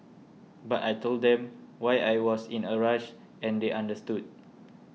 but I told them why I was in a rush and they understood